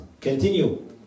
continue